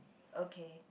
okay